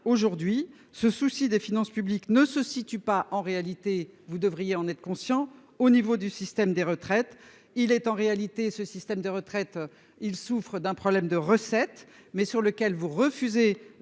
aujourd'hui ce souci des finances publiques ne se situe pas en réalité vous devriez en être conscient. Au niveau du système des retraites. Il est en réalité ce système de retraite. Il souffre d'un problème de recettes mais sur lequel vous refusez